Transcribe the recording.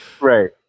right